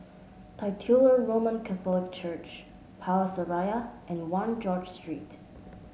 Titular Roman Catholic Church Power Seraya and One George Street